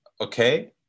okay